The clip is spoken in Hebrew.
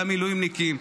למילואימניקים,